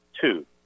two